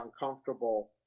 uncomfortable